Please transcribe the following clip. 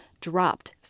dropped